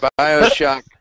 Bioshock